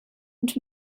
und